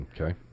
Okay